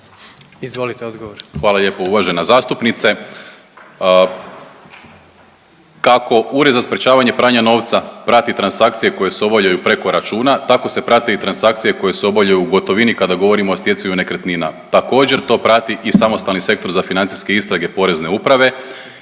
Marko** Hvala lijepo uvažena zastupnice. Kako Ured za sprječavanje pranja novca prati transakcije koje se obavljaju preko računa, tako se prate i transakcije koje se obavljaju u gotovini kada govorimo o stjecanju nekretnina. Također, to prati i Samostalni sektor za financijske istrage Porezne uprave